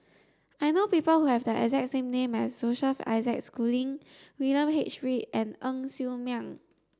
I know people who have the exact same name as Joseph Isaac Schooling William H Read and Ng Ser Miang